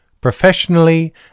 professionally